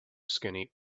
skinny